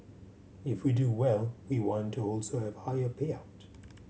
if we do well we want to also have higher payout